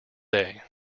day